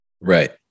Right